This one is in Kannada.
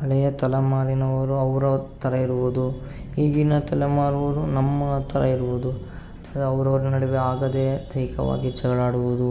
ಹಳೆಯ ತಲೆಮಾರಿನವರು ಅವರ ಥರ ಇರುವುದು ಈಗಿನ ತಲೆಮಾರವರು ನಮ್ಮ ಥರ ಇರುವುದು ಅವರವರ ನಡುವೆ ಆಗದೇ ದೈಹಿಕವಾಗಿ ಜಗಳ ಆಡುವುದು